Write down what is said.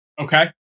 Okay